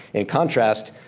in contrast,